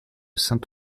saint